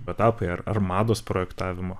etapai ar mados projektavimo